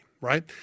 right